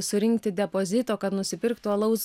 surinkti depozito kad nusipirktų alaus